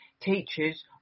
teachers